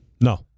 No